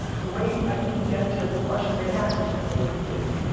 the way i think you get to the question they had which is like, what do we make?